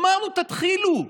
אמרנו: תתחילו,